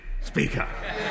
Speaker